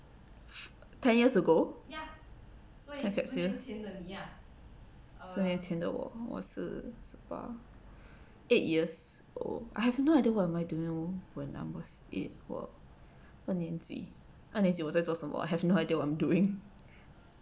ten years ago time capsule 十年前的我我是十八 eight years old I have no idea what am I doing you when I was eight wor 二年级二年级我在做什么 I have no idea what I'm doing